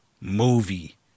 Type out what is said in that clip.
movie